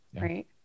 Right